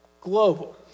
Global